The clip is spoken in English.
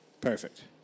Perfect